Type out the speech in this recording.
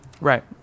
Right